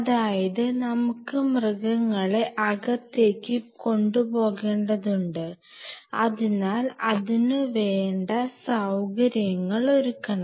അതായത് നമുക്ക് മൃഗങ്ങളെ അകത്തേക്ക് കൊണ്ടു പോകേണ്ടതുണ്ട് അതിനാൽ അതിനുവേണ്ട സൌകര്യങ്ങൾ ഒരുക്കണം